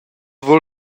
vul